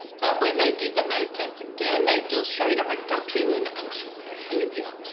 but when they did the maze test again, they still showed a reduction in anxious behaviour.